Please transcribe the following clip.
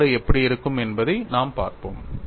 வெளிப்பாடு எப்படி இருக்கும் என்பதை நாம் பார்ப்போம்